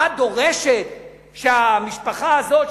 את דורשת שהמשפחה הזאת,